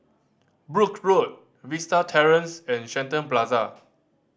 Brooke Road Vista Terrace and Shenton Plaza